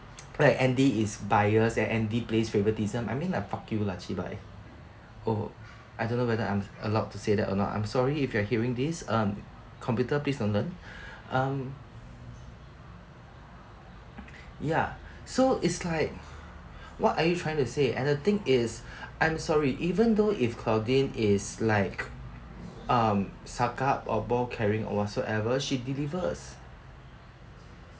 like andy is biased and andy plays favouritism I mean like fuck you lah cheebye oh I don't know whether I'm allowed to say that or not I'm sorry if you're hearing this um computer please don't learn um ya so it's like what are you trying to say and the thing is I'm sorry even though if claudine is like um suck up or ball carrying or whatsoever she delivers